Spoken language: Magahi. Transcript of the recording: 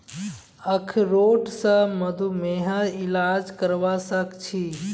अखरोट स मधुमेहर इलाज करवा सख छी